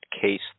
case